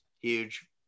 huge